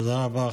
תודה רבה.